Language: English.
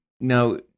now